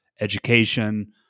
education